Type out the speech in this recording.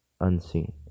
unseen